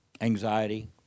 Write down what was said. anxiety